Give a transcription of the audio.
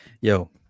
Yo